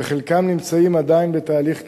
וחלקם נמצאים עדיין בתהליך קליטה.